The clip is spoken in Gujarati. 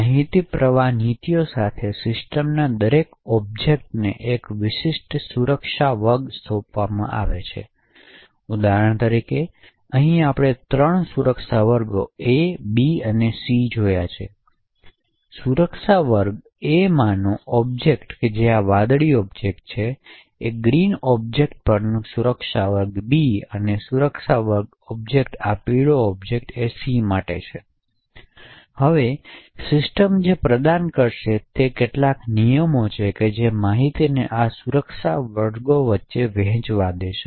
માહિતી પ્રવાહ નીતિઓ સાથે સિસ્ટમના દરેક ઑબ્જેક્ટને એક વિશિષ્ટ સુરક્ષા વર્ગને સોંપવામાં આવે છે ઉદાહરણ તરીકે અહીં આપણે ત્રણ સુરક્ષા વર્ગો એ બી અને સી જોયે છે સુરક્ષા વર્ગ એમાંનો ઑબ્જેક્ટ જે આ વાદળી ઓબ્જેક્ટ છે ગ્રીન ઓબ્જેક્ટો પરનો સુરક્ષા વર્ગ બી અને સુરક્ષા વર્ગ ઑબ્જેક્ટ આ પીળો ઓબ્જેક્ટ છે હવે સિસ્ટમ જે પ્રદાન કરશે તે કેટલાક નિયમો છે જે માહિતીને આ સુરક્ષા વર્ગોની વચ્ચે વહેવા દેશે